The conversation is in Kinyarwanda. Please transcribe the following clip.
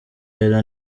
ella